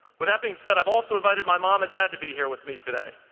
with that being said, i've also invited my mom and dad to be here with me today.